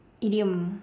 idiom